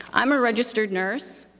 i'm a registered nurse,